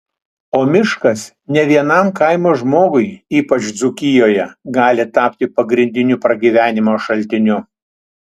o miškas ne vienam kaimo žmogui ypač dzūkijoje gali tapti pagrindiniu pragyvenimo šaltiniu